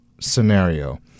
scenario